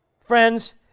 friends